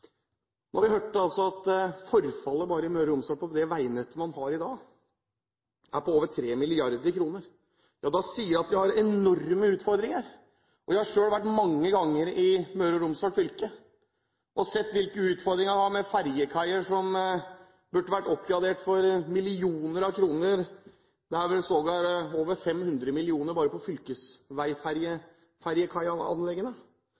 Vi hørte at forfallet bare i Møre og Romsdal på det veinettet man har i dag, er på over 3 mrd. kr. Da sier jeg at vi har enorme utfordringer. Jeg har selv vært mange ganger i Møre og Romsdal fylke og sett hvilke utfordringer de har med ferjekaier som burde vært oppgradert for millioner av kroner – det er vel sågar over 500 mill. kr bare på